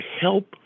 help